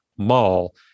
mall